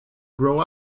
grow